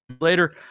later